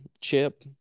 chip